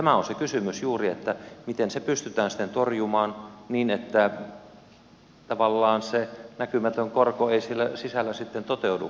tämä on juuri se kysymys miten se pystytään sitten torjumaan niin ettei tavallaan se näkymätön korko siellä sisällä sitten toteudukin